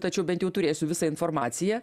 tačiau bent jau turėsiu visą informaciją